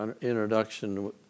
introduction